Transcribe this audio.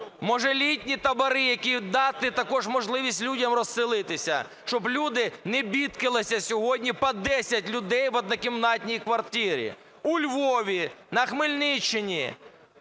може, літні табори і дати також можливість людям розселитися, щоб люди не бідкалися сьогодні по десять людей в однокімнатній квартирі у Львові, на Хмельниччині,